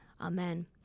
Amen